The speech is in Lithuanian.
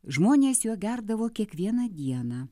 žmonės jo gerdavo kiekvieną dieną